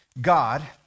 God